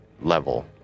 level